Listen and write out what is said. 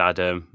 Adam